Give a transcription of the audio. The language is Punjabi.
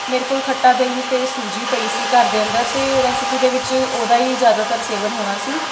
ਮੇਰੇ ਕੋਲ ਖੱਟਾ ਦਹੀਂ ਅਤੇ ਸੂਜੀ ਪਈ ਸੀ ਘਰ ਦੇ ਅੰਦਰ ਅਤੇ ਰੈਸਿਪੀ ਦੇ ਵਿੱਚ ਉਹਦਾ ਹੀ ਜ਼ਿਆਦਾਤਰ ਸੇਵਨ ਹੋਣਾ ਸੀ